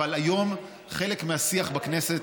אבל היום חלק מהשיח בכנסת,